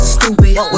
Stupid